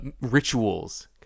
rituals